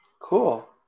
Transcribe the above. Cool